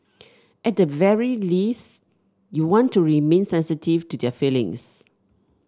at the very least you want to remain sensitive to their feelings